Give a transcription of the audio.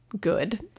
good